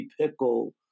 pickle